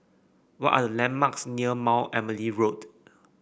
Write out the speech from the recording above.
what are the landmarks near Mount Emily Road